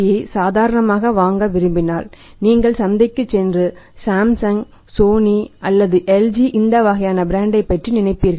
யை சாதாரணமாக வாங்க விரும்பினால் நீங்கள் சந்தைக்குச் சென்று சாம்சங் சோனி அல்லது எல்ஜி இந்த வகையான பிராண்டைப் பற்றி நினைப்பீர்கள்